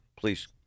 please